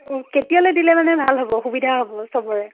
কেতিয়ালৈ দিলে মানে ভাল হ'ব সুবিধা হ'ব সবৰে